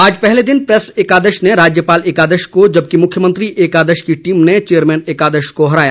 आज पहले दिन प्रैस एकादश ने राज्यपाल एकादश को जबकि मुख्यमंत्री एकादश की टीम ने चेयरमैन एकादश को हराया